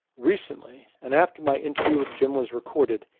recently, and after my interview with jim was recorded,